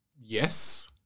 Yes